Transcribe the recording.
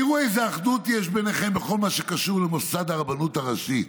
תראו איזו אחדות יש ביניכם בכל מה שקשור למוסד הרבנות הראשית,